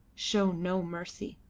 show no mercy.